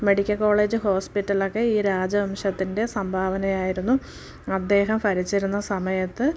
medical college ഹോസ്പിറ്റലൊക്കെ ഈ രാജവംശത്തിൻ്റെ സംഭാവനയായിരുന്നു അദ്ദേഹം ഭരിച്ചിരുന്ന സമയത്ത്